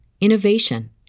innovation